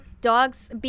dogs